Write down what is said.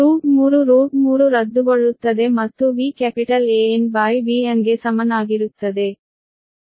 3 3 ರದ್ದುಗೊಳ್ಳುತ್ತದೆ ಮತ್ತು VAnVan ಗೆ ಸಮನಾಗಿರುತ್ತದೆ